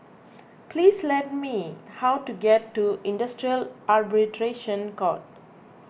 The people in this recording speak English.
please tell me how to get to Industrial Arbitration Court